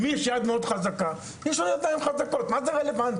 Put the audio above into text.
יש לו ידיים חזקות, מה זה רלוונטי?